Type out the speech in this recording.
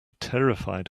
terrified